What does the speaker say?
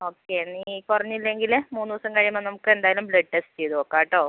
okay എന്നാൽ ഇനിയും കുറഞ്ഞില്ലെങ്കിൽ മൂന്ന് ദിവസം കഴിയുമ്പം നമുക്ക് എന്തായാലും ബ്ലഡ് ടെസ്റ്റ് ചെയ്ത് നോക്കാ കേട്ടോ